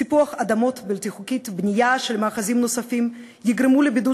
סיפוח אדמות בלתי חוקי ובנייה של מאחזים נוספים יגרמו לבידוד